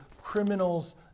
criminal's